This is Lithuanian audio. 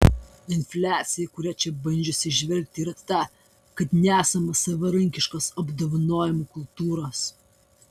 infliacija kurią čia baudžiuosi įžvelgti yra ta kad nesama savarankiškos apdovanojimų kultūros